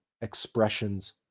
expressions